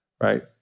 right